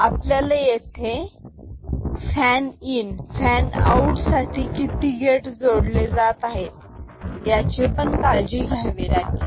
आपल्याला येथे fan in fan out साठी किती गेट जोडले जात आहेत याची पण काळजी घ्यावी लागेल